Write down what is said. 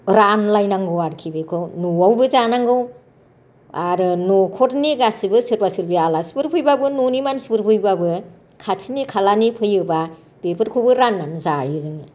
रानलायनांगौ आरोखि बेखौ न'आवबो जानांगौ आरो न'खरनि गासिबो सोरबा सोरबि आलासिफोर फैबाबो न'नि मानसिफोर फैबाबो खाथिनि खालानि फैयोबा बेफोरखौबो राननानै जायो जोङो